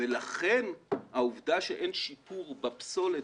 ולכן העובדה שאין שיפור בפסולת